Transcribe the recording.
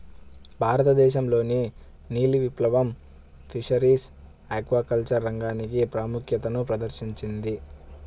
భారతదేశంలోని నీలి విప్లవం ఫిషరీస్ ఆక్వాకల్చర్ రంగానికి ప్రాముఖ్యతను ప్రదర్శించింది